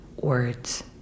words